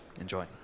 Enjoy